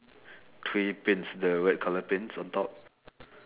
three pins the red colour pins on top